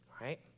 right